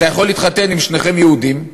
אתה יכול להתחתן אם שניכם יהודים,